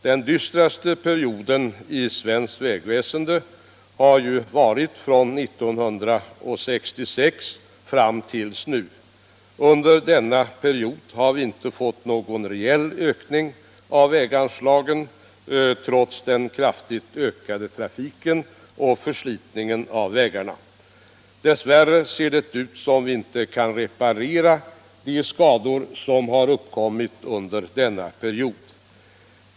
Den dystraste perioden i svenskt vägväsende har varit från år 1966 fram till nu. Under denna period har vi inte fått någon reell ökning av väganslagen, trots den kraftigt ökade trafiken och förslitningen av vägarna. Dess värre ser det ut som om vi inte kan reparera de skador som har uppkommit under denna period.